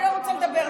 אני לא רוצה לדבר,